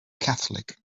catholic